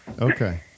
Okay